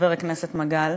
חבר הכנסת מגל,